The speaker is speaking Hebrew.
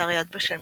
באתר יד ושם